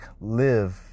live